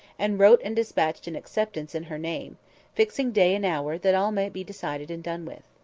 and wrote and despatched an acceptance in her name fixing day and hour, that all might be decided and done with.